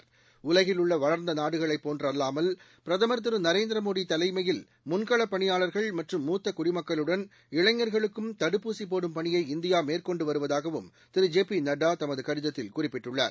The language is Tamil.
நாடுகளைபோன்று உலகில் உள்ள வளர்ந்த பிரதமர் திரு நரேந்திரமோடி தலைமயில் முன்களப் பணியாளர்கள் மற்றும் மூத்தகுடிமக்களுடன் இளைஞர்களுக்கும் தடுப்பூசி போடும் பணியை இந்தியா மேற்கொண்டு வருவதாகவும் திரு ஜெபி நட்டா தமது கடிதத்தில் குறிப்பிட்டுள்ளார்